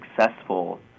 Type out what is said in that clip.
successful